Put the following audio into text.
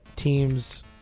team's